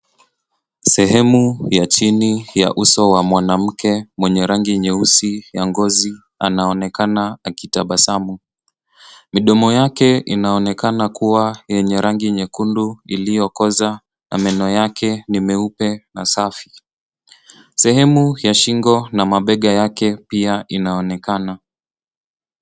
Sehemu ya chini ya uso wa mwanamke mwenye rangi nyeusi ya ngozi anaonekana akitabasamu. Midomo yake inaonekana kuwa enye rangi nyekundu iliyokoza na meno yake ni meupe na safi. Sehemu ya shingo na mabega yake pia inaonekana.